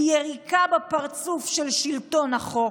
היא יריקה בפרצוף של שלטון החוק.